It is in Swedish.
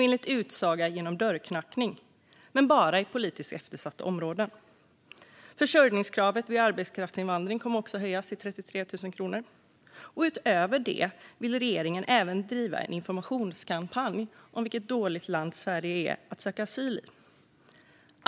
Enligt utsago ska den ske genom dörrknackning, men bara i politiskt eftersatta områden. Försörjningskravet vid arbetskraftsinvandring kommer att höjas till 33 000 kronor. Utöver detta vill regeringen även driva en "informationskampanj" om vilket dåligt land Sverige är att söka asyl i.